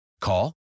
Call